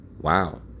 Wow